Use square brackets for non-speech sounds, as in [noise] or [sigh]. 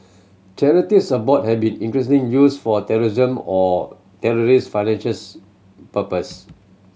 charities abroad have been increasingly used for terrorism or terrorist [unintelligible] purposes